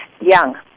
Young